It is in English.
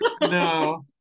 no